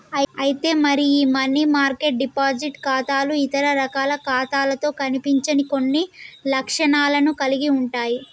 అయితే మరి ఈ మనీ మార్కెట్ డిపాజిట్ ఖాతాలు ఇతర రకాల ఖాతాలతో కనిపించని కొన్ని లక్షణాలను కలిగి ఉంటాయి